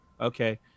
Okay